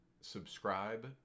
subscribe